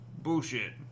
Bullshit